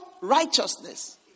righteousness